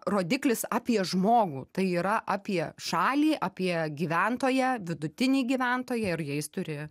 rodiklis apie žmogų tai yra apie šalį apie gyventoją vidutinį gyventoją ir jais turi